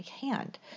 hand